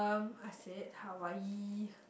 um I said Hawaii